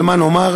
אבל מה נאמר?